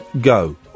go